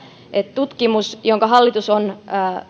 tutkimus jonka hallitus on